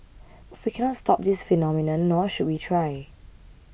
but we cannot stop this phenomenon nor should we try